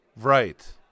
Right